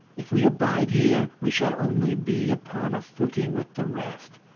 if we abide here we shall only be upon a footing with the rest,